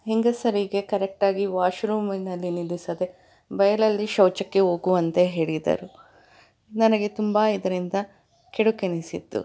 ಹೆಂಗಸರಿಗೆ ಕರೆಕ್ಟಾಗಿ ವಾಶ್ರೂಮಿನಲ್ಲಿ ನಿಲ್ಲಿಸದೆ ಬಯಲಲ್ಲಿ ಶೌಚಕ್ಕೆ ಹೋಗುವಂತೆ ಹೇಳಿದರು ನನಗೆ ತುಂಬ ಇದರಿಂದ ಕೆಡುಕೆನಿಸಿತು